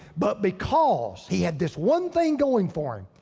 but because he had this one thing going for him.